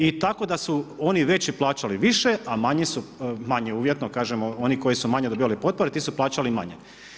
I tako da su oni veći plaćali više a manji, manji uvjetno kažemo oni koji su manje dobivali potpore ti su plaćali i manje.